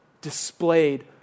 displayed